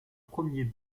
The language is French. premier